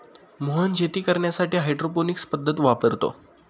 मोहन शेती करण्यासाठी हायड्रोपोनिक्स पद्धत वापरतो